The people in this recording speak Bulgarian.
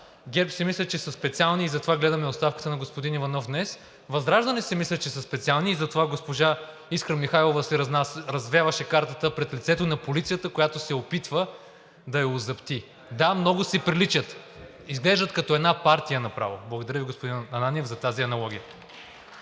ГЕРБ си мислят, че са специални и затова гледаме оставката на господин Иванов днес. ВЪЗРАЖДАНЕ си мислят, че са специални и затова госпожа Искра Михайлова си развяваше картата пред лицето на полицията, която се опитва да я озапти. Да, много си приличат. Изглеждат като една партия направо. Благодаря Ви, господин Ананиев, за тази аналогия.